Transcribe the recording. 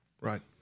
right